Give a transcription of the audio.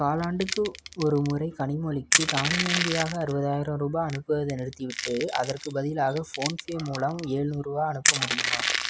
காலாண்டுக்கு ஒருமுறை கனிமொழிக்கி தானியங்கியாக அறுபதாயிரம் ரூபாய் அனுப்புவதை நிறுத்திவிட்டு அதற்குப் பதிலாக ஃபோன்ஃபே மூலம் எழ்நூறுவா அனுப்ப முடியுமா